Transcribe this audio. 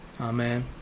Amen